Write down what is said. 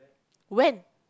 when